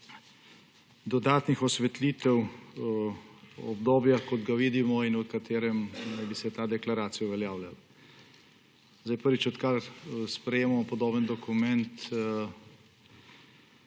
dodatnih osvetlitev obdobja, kot ga vidimo in v katerem naj bi se ta deklaracija uveljavljala. Prvič, odkar sprejemamo podoben dokument,